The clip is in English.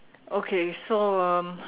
okay so um